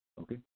okay